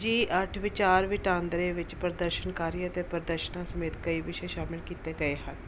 ਜੀ ਅੱਠ ਵਿਚਾਰ ਵਟਾਂਦਰੇ ਵਿੱਚ ਪ੍ਰਦਰਸ਼ਨਕਾਰੀਆਂ ਅਤੇ ਪ੍ਰਦਰਸ਼ਨਾਂ ਸਮੇਤ ਕਈ ਵਿਸ਼ੇ ਸ਼ਾਮਿਲ ਕੀਤੇ ਗਏ ਹਨ